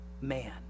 man